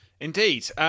Indeed